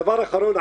דבר אחרון,